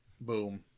Boom